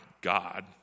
God